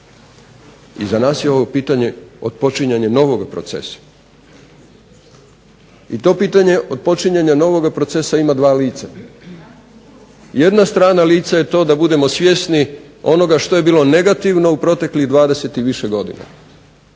i za nas je ovo pitanje otpočinjanja novoga procesa. I to pitanje otpočinjanja novoga procesa ima dva lica. Jedna strana lica je to da budemo svjesni onoga što je bilo negativno u proteklih 20 i više godina,